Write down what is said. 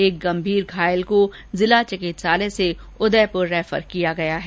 एक गंभीर घायल को जिला चिकित्सालय से उदयपुर रैफर किया गया है